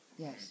Yes